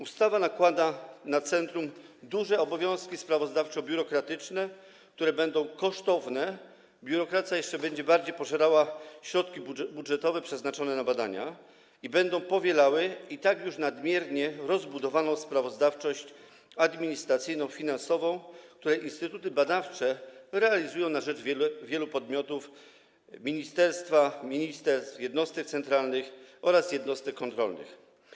Ustawa nakłada na centrum duże obowiązki sprawozdawczo-biurokratyczne, które będą kosztowne - biurokracja jeszcze bardziej będzie pożerała środki budżetowe przeznaczone na badania - i będą powielały i tak już nadmiernie rozbudowaną sprawozdawczość administracyjno-finansową, którą instytuty badawcze realizują na rzecz wielu podmiotów: ministerstw, jednostek centralnych oraz jednostek kontrolnych.